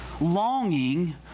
longing